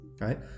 right